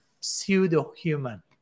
pseudo-human